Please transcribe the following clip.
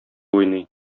уйный